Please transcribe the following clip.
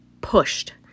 pushed